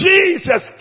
Jesus